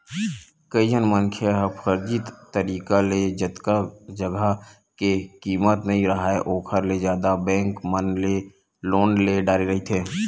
कइझन मनखे ह फरजी तरिका ले जतका जघा के कीमत नइ राहय ओखर ले जादा बेंक मन ले लोन ले डारे रहिथे